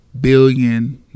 billion